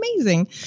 amazing